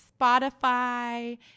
Spotify